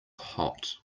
hot